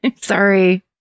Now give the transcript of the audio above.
Sorry